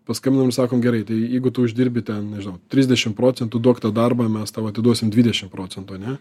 paskambinom ir sakom gerai tai jeigu tu uždirbi ten nežinau trisdešim procentų duok tą darbą mes tau atiduosim dvidešim procentų ane